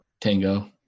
tango